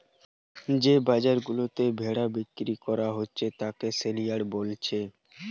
যে বাজার গুলাতে ভেড়া বিক্রি কোরা হচ্ছে তাকে সেলইয়ার্ড বোলছে